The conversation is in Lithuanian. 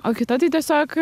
o kita tai tiesiog